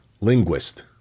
Linguist